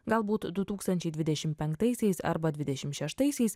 galbūt du tūkstančiai dvidešim penktaisiais arba dvidešim šeštaisiais